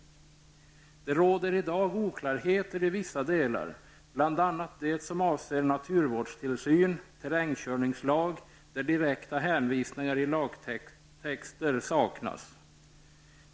Det råder i dag oklarheter i vissa delar, bl.a. det som avser naturvårdstillsyn och terrängkörningslag och där direkta hänvisningar i lagtexter saknas.